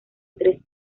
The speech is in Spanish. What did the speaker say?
tres